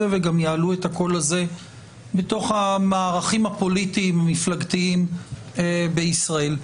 וגם יעלו את הקול הזה בתוך המערכים הפוליטיים המפלגתיים בישראל.